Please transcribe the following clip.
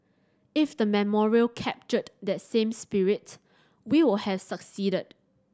if the memorial captured that same spirit we will have succeeded